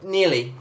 Nearly